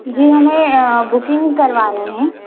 जी हमें बुकिंग करवानी है